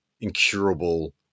incurable –